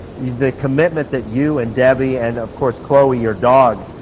the commitment that you and debbie, and of course chloe your dog,